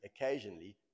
occasionally